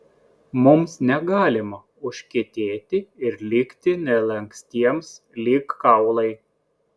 mums negalima užkietėti ir likti nelankstiems lyg kaulai